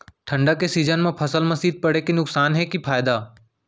ठंडा के सीजन मा फसल मा शीत पड़े के नुकसान हे कि फायदा?